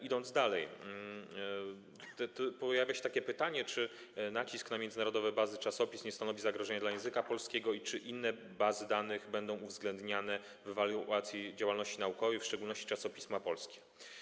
Idąc dalej, pojawia się takie pytanie, czy nacisk na międzynarodowe bazy czasopism nie stanowi zagrożenia dla języka polskiego i czy inne bazy danych będą uwzględniane w ewaluacji działalności naukowej, w szczególności chodzi o czasopisma polskie.